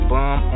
Bum